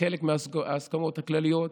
כחלק מההסכמות הכלליות,